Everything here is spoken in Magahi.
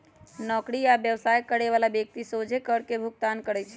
नौकरी आ व्यवसाय करे बला व्यक्ति सोझे कर के भुगतान करइ छै